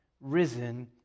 risen